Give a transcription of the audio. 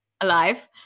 Alive